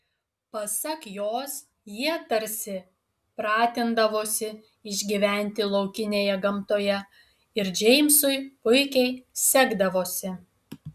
pasak jos jie tarsi pratindavosi išgyventi laukinėje gamtoje ir džeimsui puikiai sekdavosi